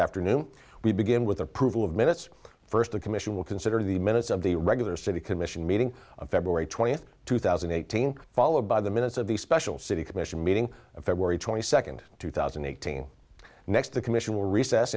afternoon we begin with approval of minutes first the commission will consider the minutes of the regular city commission meeting of february twentieth two thousand and eighteen followed by the minutes of the special city commission meeting of february twenty second two thousand and eighteen next the commission will recess